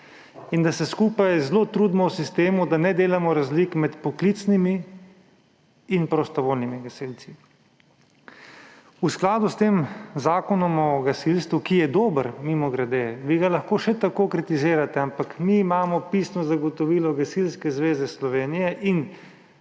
In da se skupaj v sistemu zelo trudimo, da ne delamo razlik med poklicnimi in prostovoljnimi gasilci. V skladu s tem Zakonom o gasilstvu, ki je dober, mimogrede. Vi ga lahko še tako kritizirate, ampak mi imamo pisno zagotovilo Gasilske zveze Slovenije in